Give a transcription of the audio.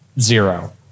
zero